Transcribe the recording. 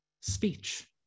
speech